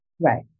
Right